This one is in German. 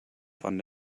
von